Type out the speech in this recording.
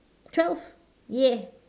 twelve !yay!